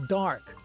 dark